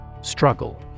Struggle